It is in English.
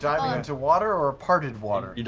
diving into water or parted water? yeah